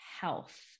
health